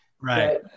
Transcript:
Right